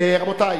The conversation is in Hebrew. רבותי,